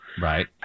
right